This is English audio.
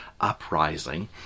uprising